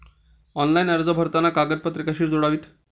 Online अर्ज भरताना कागदपत्रे कशी जोडावीत?